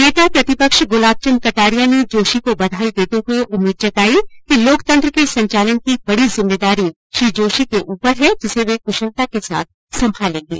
नेता प्रतिपक्ष गुलाब चन्द कटारिया ने जोशी को बधाई देते हुए उम्मीद जताई कि लोकतंत्र के संचालन की बड़ी जिम्मेदारी श्री जोशी के ऊपर है जिसे वे कुशलता के साथ संभालेंगे